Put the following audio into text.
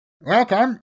Welcome